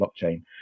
blockchain